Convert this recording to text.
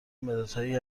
مدادهایی